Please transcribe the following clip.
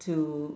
to